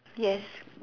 yes